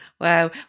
Wow